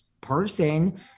person